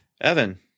Evan